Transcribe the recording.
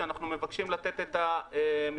כאשר אנחנו מבקשים לתת את המכסות,